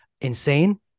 insane